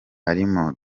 harimo